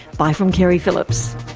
bye from keri phillips